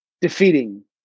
defeating